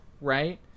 right